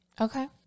Okay